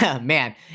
man